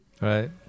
Right